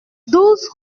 douze